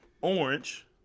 Orange